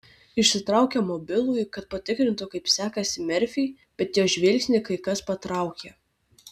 išsitraukė mobilųjį kad patikrintų kaip sekasi merfiui bet jos žvilgsnį kai kas patraukė